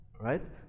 Right